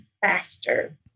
faster